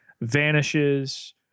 vanishes